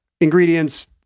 Ingredients